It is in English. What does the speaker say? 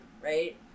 right